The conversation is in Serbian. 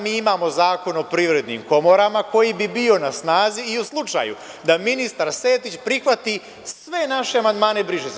Mi imamo Zakon o privrednim komorama, koji bi bio na snazi i u slučaju da ministar Sertić prihvati sve naše amandmane „briše se“